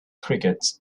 crickets